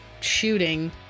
shooting